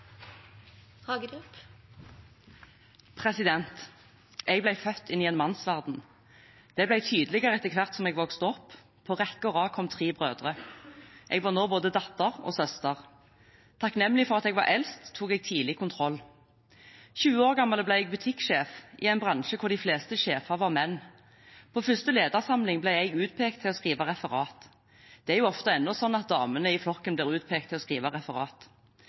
Jeg ble født inn i en mannsverden. Det ble tydeligere etter hvert som jeg vokste opp. På rekke og rad kom tre brødre. Jeg var nå både datter og søster. Takknemlig for at jeg var eldst, tok jeg tidlig kontroll. 20 år gammel ble jeg butikksjef i en bransje hvor de fleste sjefer var menn. På første ledersamling ble jeg utpekt til å skrive referat. Det er jo ofte ennå sånn at damene i flokken blir utpekt til å skrive referat.